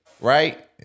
right